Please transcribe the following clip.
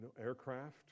aircraft